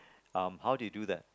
um how do you do that